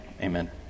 amen